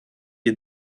est